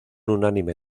unánime